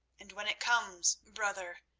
and when it comes, brother,